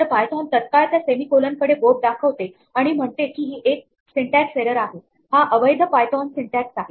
तर पायथोन तत्काळ त्या सेमी कोलन कडे बोट दाखवते आणि म्हणते की ही एक सिंटॅक्स एरर आहे हा अवैध पायथोन सिंटॅक्स आहे